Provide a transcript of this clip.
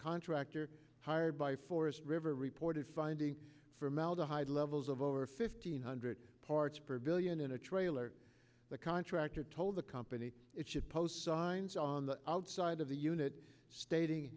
contractor hired by forest river reported finding formaldehyde levels of over fifteen hundred parts per billion in a trailer the contractor told the company it should post signs on the outside of the unit stating